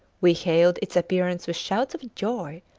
we hailed its appearance with shouts of joy,